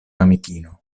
amikino